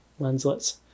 lenslets